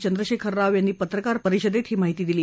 चंद्रशेखर राव यांनी पत्रकार परिषदेत ही माहिती दिली